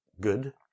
good